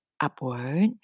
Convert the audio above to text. upward